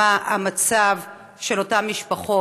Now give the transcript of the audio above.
מה המצב של אותן משפחות.